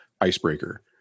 icebreaker